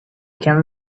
can